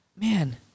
Man